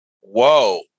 Whoa